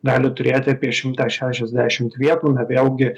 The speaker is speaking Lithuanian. gali turėti apie šimtą šešiasdešimt vietų vėlgi